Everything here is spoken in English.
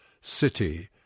city